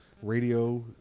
radio